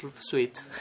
sweet